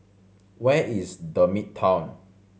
where is The Midtown